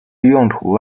用途